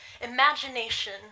Imagination